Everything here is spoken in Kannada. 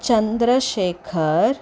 ಚಂದ್ರಶೇಖರ್